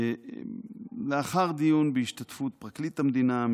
לאחר דיון בהשתתפות פרקליט המדינה,